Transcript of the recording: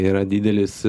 yra didelis